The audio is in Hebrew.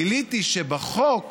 גיליתי שבחוק